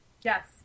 Yes